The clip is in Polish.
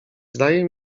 zdaje